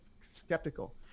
skeptical